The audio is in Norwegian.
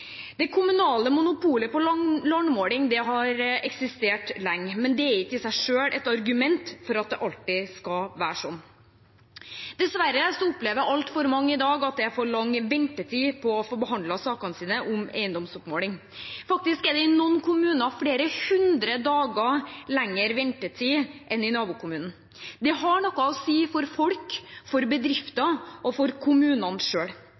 Det kommunale monopolet på landmåling har eksistert lenge, men det er ikke i seg selv et argument for at det alltid skal være sånn. Dessverre opplever altfor mange i dag at det er for lang ventetid for å få behandlet sine saker om eiendomsoppmåling. Faktisk er det i noen kommuner flere hundre dager lenger ventetid enn i nabokommunen. Det har noe å si for folk, for bedrifter og for kommunene